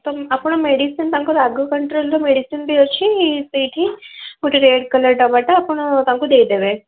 ତ ଆପଣ ମେଡ଼ିସିନ୍ ତାଙ୍କ ରାଗ କଣ୍ଟ୍ରୋଲ୍ର ମେଡ଼ିସିନ୍ ବି ଅଛି ସେଇଠି ଗୋଟେ ରେଡ଼୍ କଲର ଡବାଟା ଆପଣ ତାଙ୍କୁ ଦେଇଦେବେ